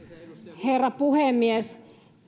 herra puhemies